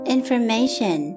Information